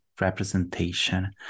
representation